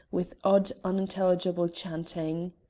with odd, unintelligible chanting.